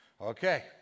Okay